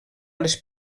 les